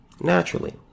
Naturally